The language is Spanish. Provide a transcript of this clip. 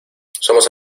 somos